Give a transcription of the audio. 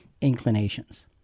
inclinations